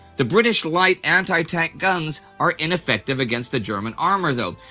the british light anti-tank guns are ineffective against the german armor, though,